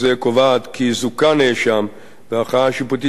קובעת כי זוכה נאשם והערכאה השיפוטית